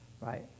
right